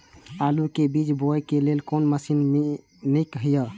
आलु के बीज बोय लेल कोन मशीन नीक ईय?